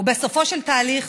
ובסופו של תהליך,